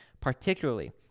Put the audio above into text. particularly